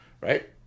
Right